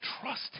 Trust